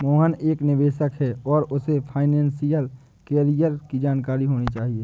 मोहन एक निवेशक है और उसे फाइनेशियल कैरियर की जानकारी होनी चाहिए